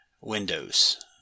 Windows